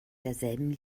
derselben